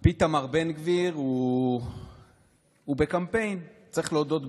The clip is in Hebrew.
פיתמר בן גביר בקמפיין, צריך להודות בזה.